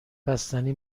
بستنی